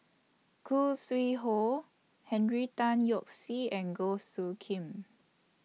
Khoo Sui Hoe Henry Tan Yoke See and Goh Soo Khim